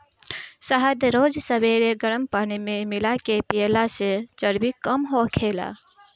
शहद रोज सबेरे गरम पानी में मिला के पियला से चर्बी कम होखेला